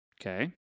okay